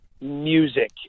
music